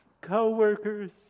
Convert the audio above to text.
co-workers